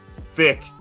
thick